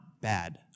bad